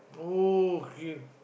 oh kay